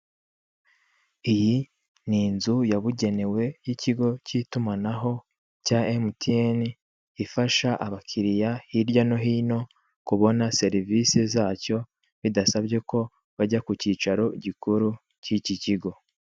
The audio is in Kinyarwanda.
Iyi ni inzu yabugenewe yikigo cyitumanaho cya MTN ifasha abakiriya hirya no hino kubona serivise zacyo bidasabye ko bajya kucyicaro gikuru cyicyi kigo.